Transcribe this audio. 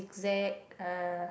zag uh